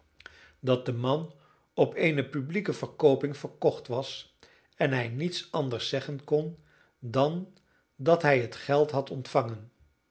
dat de man op eene publieke verkooping verkocht was en hij niets anders zeggen kon dan dat hij het geld had ontvangen